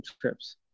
trips